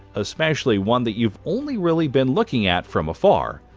especially one that you've only really been looking at from afar.